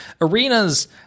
arenas